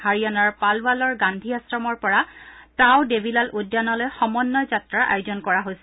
হাৰিয়ানাৰ পালৱালৰ গান্ধী আশ্ৰমৰ পৰা তাউ দেৱীলাল উদ্যানলৈ সমন্বয় যাত্ৰাৰ আয়োজন কৰা হৈছে